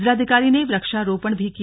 जिलाधिकारी ने वृक्षारोपण भी किया